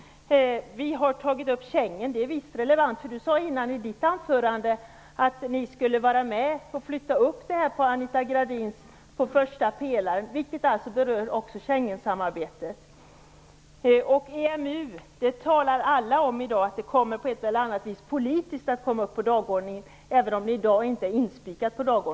Vi har tagit upp Schengen. Visst är det relevant. Holger Gustafsson sade i sitt anförande att kds skulle vara med och flytta upp detta på Anita Gradins första pelare, vilket också berör Schengen-samarbetet. När det gäller EMU talar alla om att det på ett eller annat sätt kommer att politiskt komma upp på dagordningen, även om det i dag inte står där.